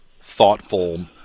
thoughtful